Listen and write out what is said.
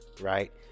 Right